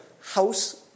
house